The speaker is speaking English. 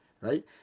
Right